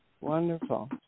wonderful